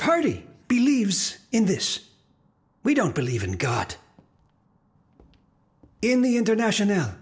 party believes in this we don't believe in god in the international